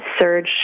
surge